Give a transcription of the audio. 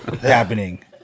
happening